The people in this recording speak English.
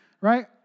right